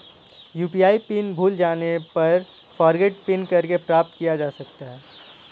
UPI PIN भूल जाने पर फ़ॉरगोट पिन करके प्राप्त किया जा सकता है